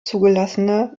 zugelassene